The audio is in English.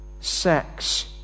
sex